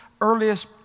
earliest